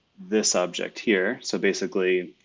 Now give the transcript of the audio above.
this object here. so basically,